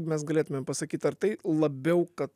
mes galėtumėm pasakyt ar tai labiau kad